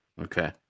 Okay